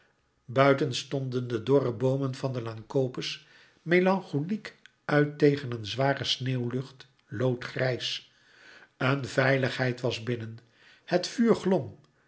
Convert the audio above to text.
buiten stonden de dorre boomen van de laan copes melancholiek uit tegen een zware sneeuwlucht loodgrijs een veiligheid was binnen het vuur glom